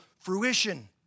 fruition